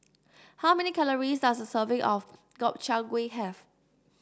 how many calories does a serving of Gobchang Gui have